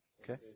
Okay